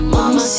Mama